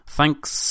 Thanks